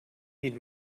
need